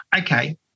okay